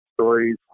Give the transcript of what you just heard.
stories